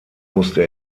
musste